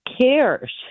cares